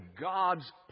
God's